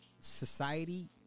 society